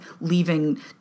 leaving